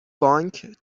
بانک